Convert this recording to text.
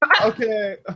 Okay